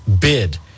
bid